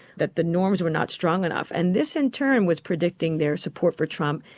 that the norms were not strong enough, and this in turn was predicting their support for trump.